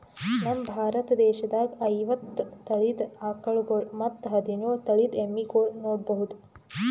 ನಮ್ ಭಾರತ ದೇಶದಾಗ್ ಐವತ್ತ್ ತಳಿದ್ ಆಕಳ್ಗೊಳ್ ಮತ್ತ್ ಹದಿನೋಳ್ ತಳಿದ್ ಎಮ್ಮಿಗೊಳ್ ನೋಡಬಹುದ್